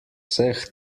vseh